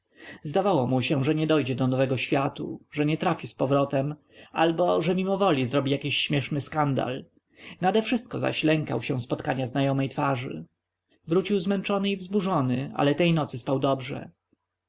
zdawało mu się że nie dojdzie do nowego-światu że nie trafi z powrotem albo że mimowoli zrobi jakiś śmieszny skandal nadewszystko zaś lękał się spotkania znajomej twarzy wrócił zmęczony i wzburzony ale tej nocy spał dobrze